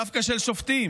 דווקא של שופטים,